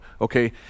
okay